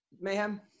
Mayhem